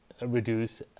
reduce